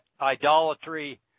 idolatry